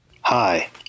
Hi